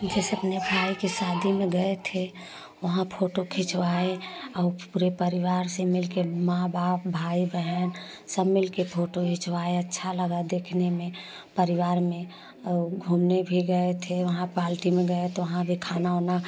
जैसे अपने भाई की शादी में गए थे वहाँ फ़ोटो खिंचवाएँ और पूरे परिवार से मिलकर माँ बाप भाई बहन सब मिलकर फ़ोटो खिंचवाएँ अच्छा लगा देखने में परिवार में और घूमने भी गए थे वहाँ पालटी में गए तो वहाँ भी खाना ऊना